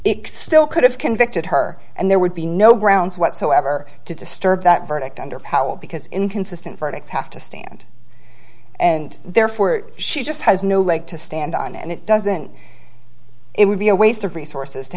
it still could have convicted her and there would be no grounds whatsoever to disturb that verdict under powered because inconsistent verdicts have to stand and therefore she just has no leg to stand on and it doesn't it would be a waste of resources to